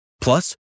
Plus